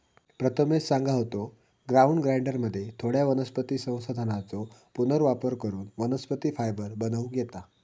प्रथमेश सांगा होतो, ग्राउंड ग्राइंडरमध्ये थोड्या वनस्पती संसाधनांचो पुनर्वापर करून वनस्पती फायबर बनवूक येता